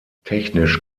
technisch